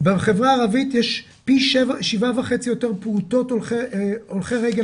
בחברה הערבית יש פי 7.5 יותר פעוטות הולכי רגל